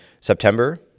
September